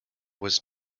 was